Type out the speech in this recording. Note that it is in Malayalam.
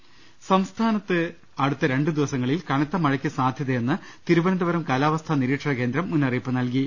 ് സംസ്ഥാനത്ത് അടുത്ത രണ്ട് ദിവസങ്ങളിൽ കനത്തമഴയ്ക്ക് സാധ്യതയെ ന്ന് തിരുവനന്തപുരം കാലാവസ്ഥാ നിരീക്ഷണ കേന്ദ്രം മുന്നറിയിപ്പ് നൽകി